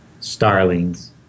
starlings